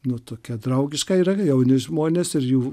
nu tokia draugiška yra jauni žmonės ir jų